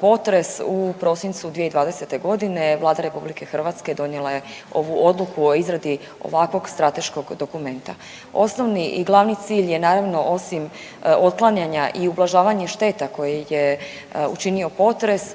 potres u prosincu 2020. godine Vlada RH donijela je ovu odluku o izradi ovakvog strateškog dokumenta. Osnovni i glavni cilj je naravno osim otklanjanja i ublažavanje šteta koje je učinio potres